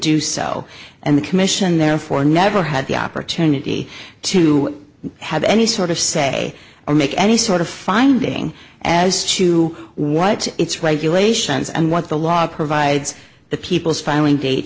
do so and the commission therefore never had the opportunity to have any sort of say or make any sort of finding as to what its regulations and what the law provides the people's filing date